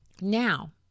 now